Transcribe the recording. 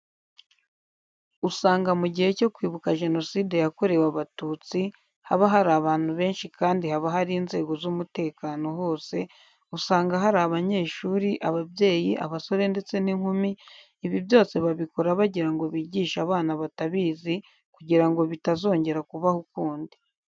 Usanga mu gihe cyo kwibuka Jenoside yakoyewe Abatusti haba hari abantu benshi kandi haba hari inzego z'umutekano hose, usanga hari abanyeshuri, ababyeyi, abasore ndetse n'inkumi, ibi byose babikora bagira ngo bigishe abana batabizi kugira ngo bitazongera kubaho ukundi.